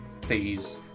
please